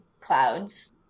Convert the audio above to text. Clouds